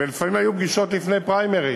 ולפעמים היו פגישות לפני פריימריז,